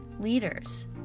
leaders